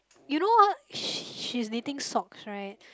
you know what sh~ she's knitting socks right